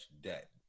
debt